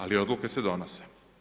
Ali odluke se donose.